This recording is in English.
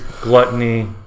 gluttony